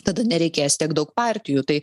tada nereikės tiek daug partijų tai